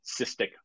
cystic